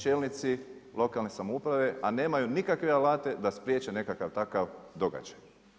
Čelnici lokalne samouprave, a nemaju nikakve alate da spriječe nekakav takav događaj.